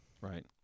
Right